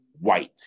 white